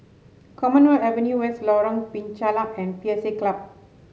Commonwealth Avenue West Lorong Penchalak and P S A Club